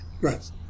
Right